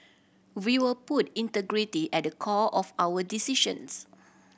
we will put integrity at the core of our decisions